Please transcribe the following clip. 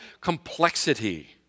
complexity